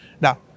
Now